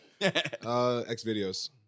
X-Videos